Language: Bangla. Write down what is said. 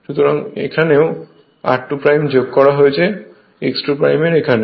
সুতরাং এখানেও r2 যোগ করা হয়েছে x 2 এর এখানে